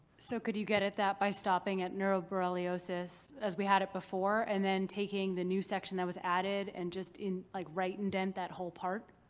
so could you get at that by stopping at neuroborreliosis as we had it before and then taking the new section that was added and just ind. like right indent that whole part?